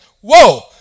whoa